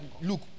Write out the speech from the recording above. look